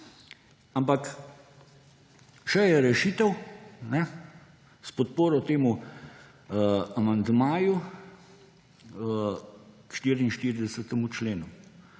Ampak še je rešitev s podporo amandmaju k 44. členu.